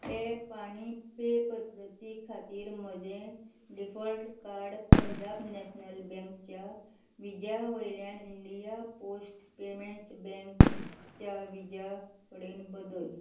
tap आनी pay पद्दती खातीर म्हजें डिफॉल्ट कार्ड पंजाब नॅशनल बँकच्या विज्या वयल्यान इंडिया पोस्ट पेमॅंट्स बँकच्या विज्या कडेन बदल